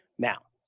now,